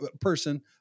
person